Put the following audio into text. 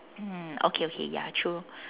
mm okay okay ya true